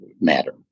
matter